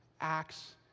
acts